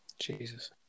Jesus